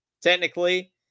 technically